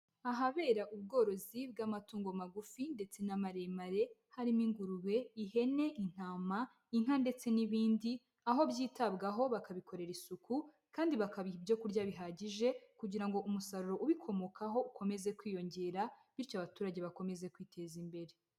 Ahabera ubworozi bw'amatungo magufi ndetse na maremare, harimo ingurube, ihene, intama, inka ndetse n'ibindi, aho byitabwaho bakabikorera isuku kandi bakabiha ibyo kurya bihagije kugira ngo umusaruro ubikomokaho ukomeze kwiyongera bityo abaturage bakomeze kwiteza imbere.